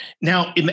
Now